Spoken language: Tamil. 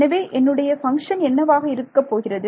எனவே என்னுடைய பங்க்ஷன் என்னவாக இருக்கப்போகிறது